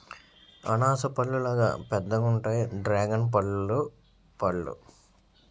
అనాస పల్లులాగా పెద్దగుంతాయి డ్రేగన్పల్లు పళ్ళు